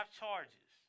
charges